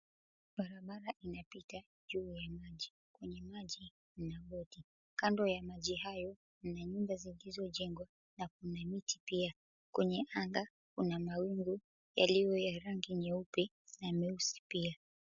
Barabara imepita juu ya maji, kwenye maji kuna boti. Kando ya maji hayo kuna nyumba zilizojengwa na kuna miti pia kwenye anga kuna mawingu yaliyo ya rangi nyeupe na nyeusi pia.